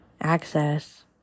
access